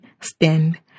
stand